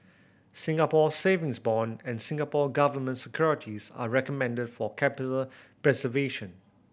Singapore Savings Bond and Singapore Government Securities are recommended for capital preservation